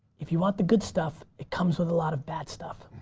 if you want the good stuff, it comes with a lot of bad stuff.